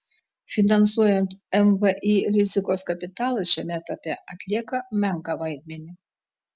finansuojant mvį rizikos kapitalas šiame etape atlieka menką vaidmenį